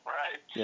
right